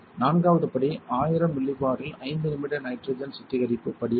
நான்காவது படி 100 மில்லிபோரில் 5 நிமிட நைட்ரஜன் சுத்திகரிப்பு படி ஆகும்